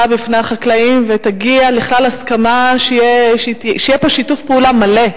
בפני החקלאים ותגיע לכלל הסכמה ויהיה פה שיתוף פעולה מלא,